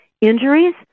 Injuries